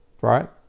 Right